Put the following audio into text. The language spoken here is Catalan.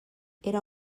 era